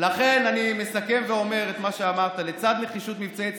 לכן אני מסכם ואומר את מה שאמרת: לצד נחישות מבצעית,